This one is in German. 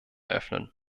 öffnen